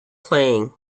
playing